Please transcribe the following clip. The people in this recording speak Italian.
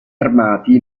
armati